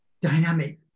dynamic